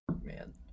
man